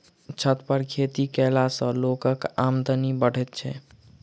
छत पर खेती कयला सॅ लोकक आमदनी बढ़ैत छै